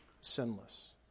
sinless